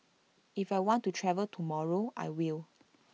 if I want to travel tomorrow I will